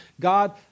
God